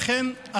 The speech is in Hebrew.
אכן,